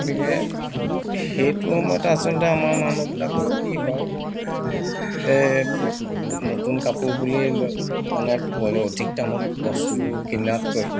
গতিকে সেইটো সময়ত আছলতে আমাৰ মানুহবিলাকৰ কি হয় নতুন কাপোৰ বুলি মানে অধিক দামত বস্তু কিনাতকৈ